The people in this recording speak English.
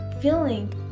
feeling